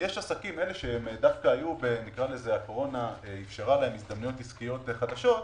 יש עסקים שהקורונה אפשרה להם הזדמנויות עסקיות חדשות,